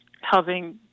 helping